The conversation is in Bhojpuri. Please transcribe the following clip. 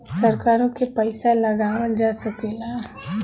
सरकारों के पइसा लगावल जा सकेला